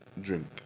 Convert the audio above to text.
drink